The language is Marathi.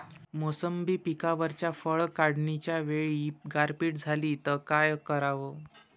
मोसंबी पिकावरच्या फळं काढनीच्या वेळी गारपीट झाली त काय कराव?